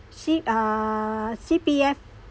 C uh C_P_F